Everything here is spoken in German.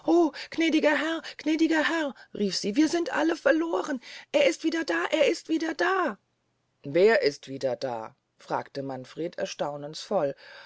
herr rief sie wir sind alle verlohren er ist wieder da er ist wieder da wer ist wieder da fragte manfred erstaunens voll